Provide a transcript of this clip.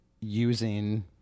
using